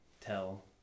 tell